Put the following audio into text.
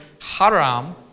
Haram